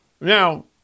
Now